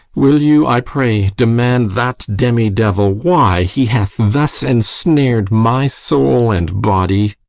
will you, i pray, demand that demi-devil why he hath thus ensnar'd my soul and body?